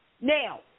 Now